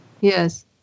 Yes